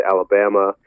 Alabama